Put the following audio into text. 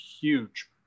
huge